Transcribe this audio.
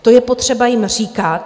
To je potřeba jim říkat.